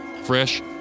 fresh